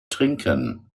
trinken